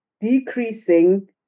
decreasing